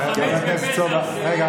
חמץ בפסח הוא זהות יהודית.